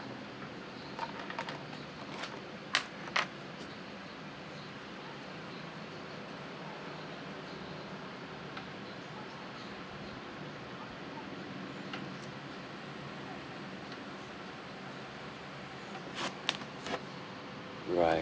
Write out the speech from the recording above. right